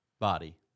Body